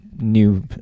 new